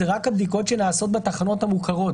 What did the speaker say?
אלה רק הבדיקות שנעשות בתחנות המוכרות.